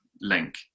link